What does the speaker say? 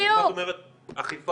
את אומרת אכיפה,